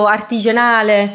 artigianale